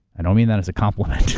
i don't mean that as a compliment.